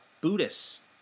Buddhists